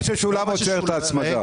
מה ששולם עוצר את ההצמדה.